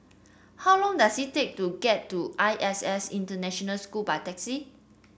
how long does it take to get to I S S International School by taxi